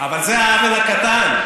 אבל זה העוול הקטן.